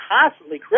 constantly